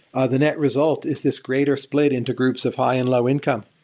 ah the next result is this greater split into groups of high and low income.